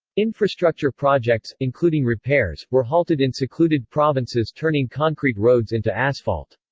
infrastructure projects, including repairs, were halted in secluded provinces turning concrete roads into asphalt.